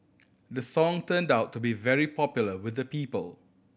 the song turned out to be very popular with the people